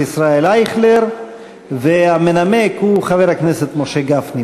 ישראל אייכלר והמנמק הוא חבר הכנסת משה גפני.